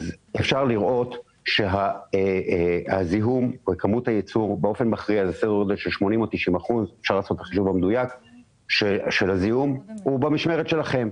אפשר לראות שהזיהום בסדר גודל של 80% או 90% הוא במשמרת שלכם.